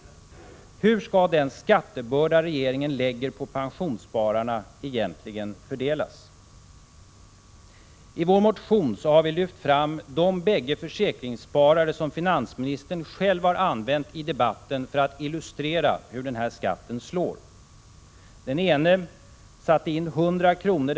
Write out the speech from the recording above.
1986/87:48 skattebörda regeringen lägger på pensionsspararna egentligen fördelas? 12 december 1986 I vår motion lyfter vi fram de bägge försäkringssparare som finansministern själv har använt i debatten för att illustrera hur den här skatten slår. Den ene satte in 100 kr.